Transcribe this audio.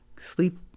sleep